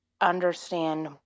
understand